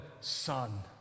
Son